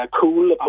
cool